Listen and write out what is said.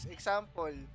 Example